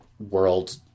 World